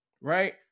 right